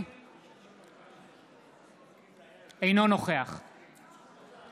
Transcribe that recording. אינו נוכח שרן